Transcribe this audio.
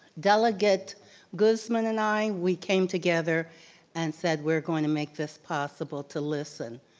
delegate guseman and i, we came together and said we're gonna make this possible to listen.